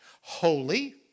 holy